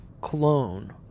clone